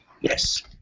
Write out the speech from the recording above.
Yes